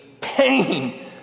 pain